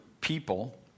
people